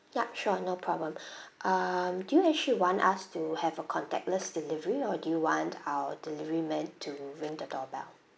ya sure no problem um do you actually want us to have a contactless delivery or do you want our delivery man to ring the doorbell